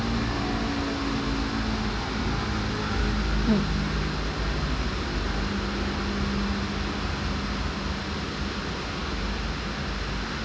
mm